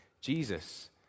Jesus